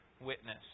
witness